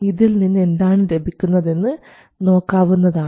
ഇതിൽ നിന്ന് എന്താണ് ലഭിക്കുന്നതെന്ന് നോക്കാവുന്നതാണ്